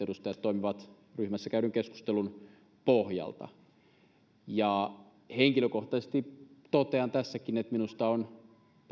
edustajat toimivat ryhmässä käydyn keskustelun pohjalta henkilökohtaisesti totean tässäkin että minusta on